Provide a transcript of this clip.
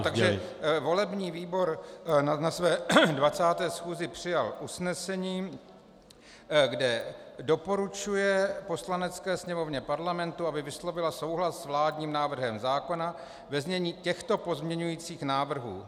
Takže volební výbor na své 20. schůzi přijal usnesení, kde doporučuje Poslanecké sněmovně Parlamentu, aby vyslovila souhlas s vládním návrhem zákona ve znění těchto přijatých pozměňovacích návrhů: